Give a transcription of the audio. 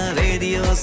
radio